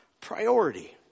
priority